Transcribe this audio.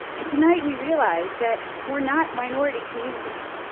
and tonight we realize that we're not minority communities,